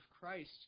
Christ